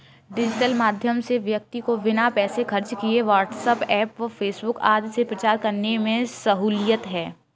digital माध्यम से व्यक्ति को बिना पैसे खर्च किए व्हाट्सएप व फेसबुक आदि से प्रचार करने में सहूलियत है